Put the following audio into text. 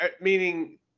meaning